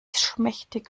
schmächtig